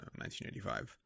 1985